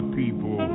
people